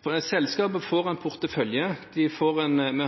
modell? Selskapet får en portefølje. Vi